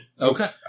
Okay